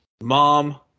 mom